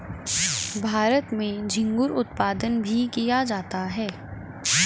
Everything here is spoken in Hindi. भारत में झींगुर उत्पादन भी किया जाता है